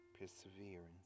perseverance